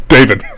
David